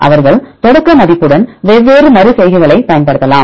அவர்கள் தொடக்க மதிப்புடன் வெவ்வேறு மறு செய்கைகளைப் பயன்படுத்தலாம்